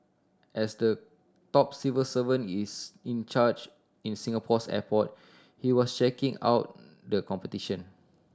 as the top civil servant is in charge in Singapore's airport he was checking out the competition